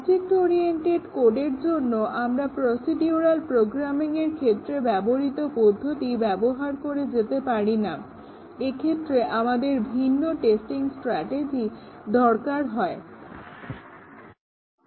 object oriented কোডের জন্য আমরা প্রসিডিউরাল প্রোগ্রামিংয়ের ক্ষেত্রে ব্যবহৃত পদ্ধতি ব্যবহার করে যেতে পারি না এক্ষেত্রে আমাদের ভিন্ন টেস্টিং স্ট্র্যাটেজি প্রয়োজন